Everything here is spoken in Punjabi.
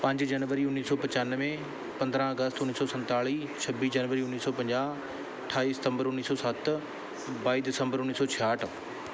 ਪੰਜ ਜਨਵਰੀ ਉੱਨੀ ਸੌ ਪਚਾਨਵੇਂ ਪੰਦਰ੍ਹਾਂ ਅਗਸਤ ਉੱਨੀ ਸੌ ਸੰਤਾਲੀ ਛੱਬੀ ਜਨਵਰੀ ਉੱਨੀ ਸੌ ਪੰਜਾਹ ਅਠਾਈ ਸਤੰਬਰ ਉੱਨੀ ਸੌ ਸੱਤ ਬਾਈ ਦਸੰਬਰ ਉੱਨੀ ਸੌ ਛਿਆਹਠ